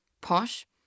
posh